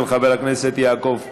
של חבר הכנסת יעקב פרי.